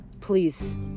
Please